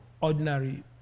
ordinary